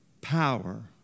power